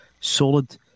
solid